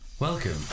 Welcome